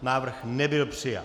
Návrh nebyl přijat.